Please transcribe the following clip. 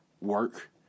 work